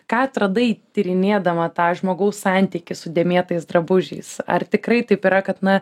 ką atradai tyrinėdama tą žmogaus santykį su dėmėtais drabužiais ar tikrai taip yra kad na